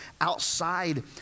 outside